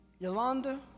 Yolanda